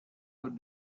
would